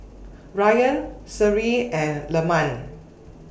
Ryan Seri and Leman